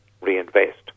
reinvest